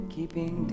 Keeping